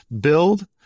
build